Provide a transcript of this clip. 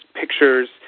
pictures